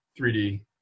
3D